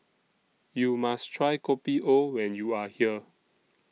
YOU must Try Kopi O when YOU Are here